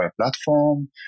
platform